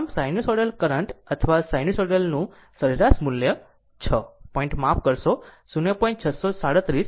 આમ sinusoidal current અથવા voltage નું સરેરાશ મૂલ્ય 6 પોઇન્ટ માફ કરશો 0